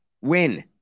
win